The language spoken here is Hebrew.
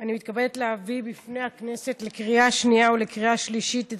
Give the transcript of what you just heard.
אני מתכבדת להביא לפני הכנסת לקריאה השנייה ולקריאה השלישית את